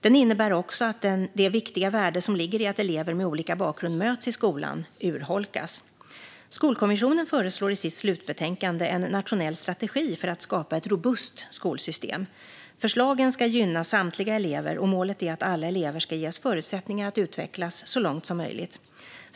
Den innebär också att det viktiga värde som ligger i att elever med olika bakgrund möts i skolan urholkas. Skolkommissionen föreslår i sitt slutbetänkande en nationell strategi för att skapa ett robust skolsystem. Förslagen ska gynna samtliga elever, och målet är att alla elever ska ges förutsättningar att utvecklas så långt som möjligt.